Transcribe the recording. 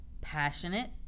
passionate